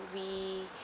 we